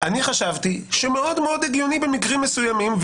חשבתי שמאוד מאוד הגיוני במקרים מסוימים,